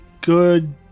good